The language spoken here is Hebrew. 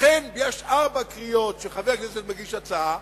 לכן יש ארבע קריאות כשחבר כנסת מגיש הצעה,